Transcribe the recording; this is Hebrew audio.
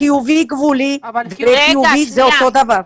חיובי-גבולי וחיובי זה אותו דבר.